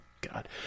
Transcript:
God